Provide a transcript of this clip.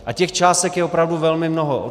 A těch částek je opravdu velmi mnoho.